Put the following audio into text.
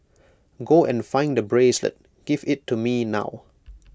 go and find the bracelet give IT to me now